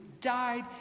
died